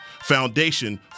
Foundation